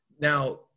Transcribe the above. now